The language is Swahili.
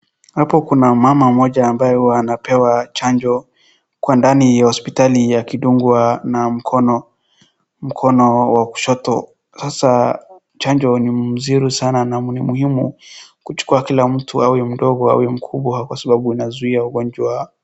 Hapo kuna mama mmmoja ambaye huwa anapewa chanjo kwa ndani ya hospitali akidungwa na mkono, mkono wa kushoto. Sasa chanjo ni mzuri sana na ni muhimu kuchukua kila mtu awe mdodgo awe mkubwa kwa sababu inazuia ugonjwa.